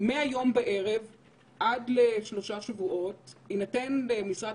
מהיום בערב עד לעוד שלושה שבועות תינתן למשרד